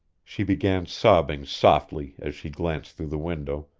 she began sobbing softly as she glanced through the window,